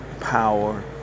power